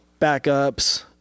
backups